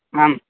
आम्